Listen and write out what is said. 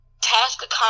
task